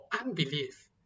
unbelief